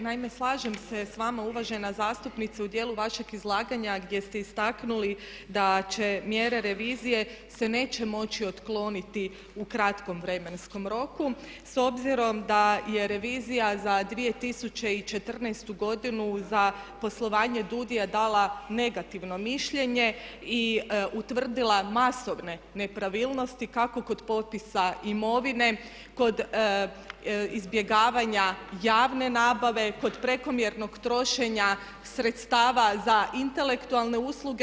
Naime, slažem se sa vama uvažena zastupnice u dijelu vašeg izlaganja gdje ste istaknuli da će mjere revizije se neće moći otkloniti u kratkom vremenskom roku s obzirom da je revizija za 2014. godinu za poslovanje DUUDI-a dala negativno mišljenje i utvrdila masovne nepravilnosti kako kod popisa imovine, kod izbjegavanja javne nabave, kod prekomjernog trošenja sredstava za intelektualne usluge.